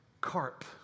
carp